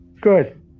Good